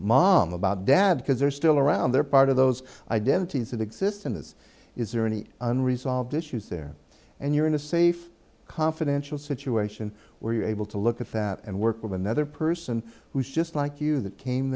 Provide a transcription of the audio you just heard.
mom about dad because they're still around they're part of those identities that exist in this is there any unresolved issues there and you're in a safe confidential situation where you're able to look at that and work with another person who's just like you that came